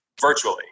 virtually